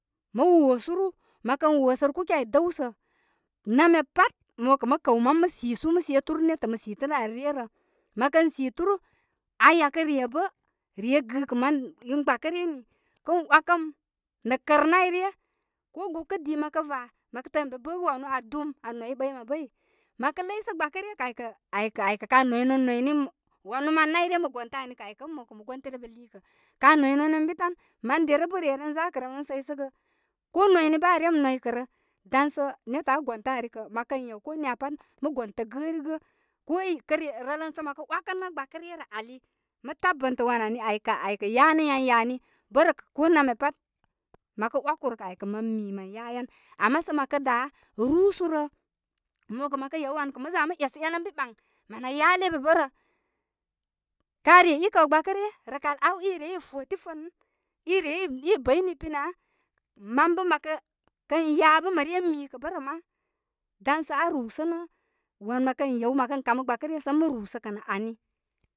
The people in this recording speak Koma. Mə woo suru, mə kə woosərə kuki ai dəwsə, nam ya pat məkə mə kə'w mam mə sisu, mə seturu netə' məsituru ari ryə rə. Mə kə situru, aya kə' re bə re gɨkə man in gbakə ryə ni. Kə 'wakəm nə' kər nayryə, ko gukədii mə ko vaa mə kə təə mən be bəgə wanu aa dum aa noy ɓəy mabar bəy. Ma kə ləysə gbaakə ryə kə' aykə aykə' aykə' kabar noy non noyni in wanu man nauryə mə gəntə' ani kə' aykə' ən mo kə' mə gontərebe hikə', kaa noy non ənbi tan. Man dərə bə' re ren zaakə remren səysəgə. Ko noyni bə' aa rem noykə rə. Dan sa turn netə' aa gontə ari kə' mə kə yew ko niya pat mə gontə gərigə. Ko kə' re rələnsə mə kə'e 'wakə'nə gbakə ryə rə ali, mə tabəntə wan ani, aykə', aykə' yanə' yan yani. Bə rə kə ko namya pat, mə kə 'waku rə kə' mə mi mə yayan. Ama sə mə kə daa, rusu rə, mo kə' mə kə yew wan kə' məza mə esə en ən bi ɓaŋ mən aa yaibe bərə. kaa re i kaw gbakə rya. Rəkal aw i re i tofufon, i re ii bəy ni pinya. Man bə mə kə, kən ya bə mə re mi kə' bərə' ma. Dan sə aa rusənə wan məkə yew sə mə kən kamə gbakə ryə sə ən mə rusə kə' ani.